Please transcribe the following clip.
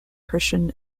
christian